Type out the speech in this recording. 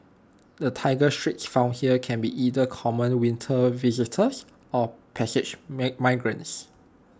the Tiger Shrikes found here can be either common winter visitors or passage migrants